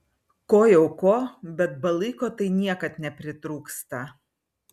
ko jau ko bet balyko tai niekad nepritrūksta